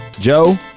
Joe